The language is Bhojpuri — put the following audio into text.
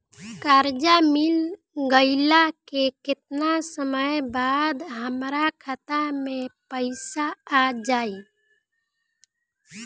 कर्जा मिल गईला के केतना समय बाद हमरा खाता मे पैसा आ जायी?